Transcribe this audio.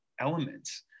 elements